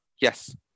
Yes